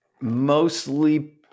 mostly